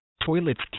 toilets